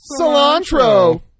Cilantro